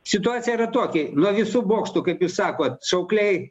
situacija yra tokia nuo visų bokštų kaip jūs sakot šaukliai